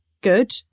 good